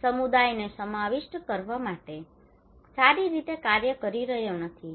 સમુદાયને સમાવિષ્ટ કરવા માટે સારી રીતે કાર્ય કરી રહ્યો નથી